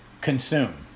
consume